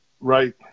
Right